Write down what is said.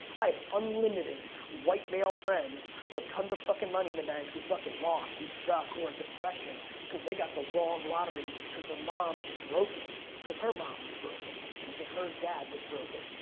i have unlimited white male friends who have tons of fucking money in the bank who fucking lost, who suck, who are in depression cause they got the wrong lottery cause their mom's broken cause her mom was broken and cause her dad was broken.